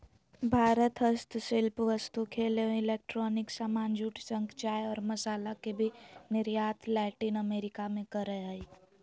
भारत हस्तशिल्प वस्तु, खेल एवं इलेक्ट्रॉनिक सामान, जूट, शंख, चाय और मसाला के भी निर्यात लैटिन अमेरिका मे करअ हय